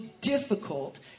difficult